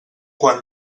quan